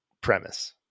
premise